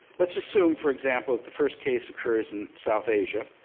let's assume, for example, that the first case occurs in south asia.